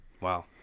Wow